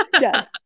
Yes